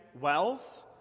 wealth